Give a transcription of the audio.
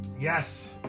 Yes